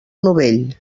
novell